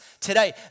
today